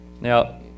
Now